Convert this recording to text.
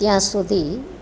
ત્યાં સુધી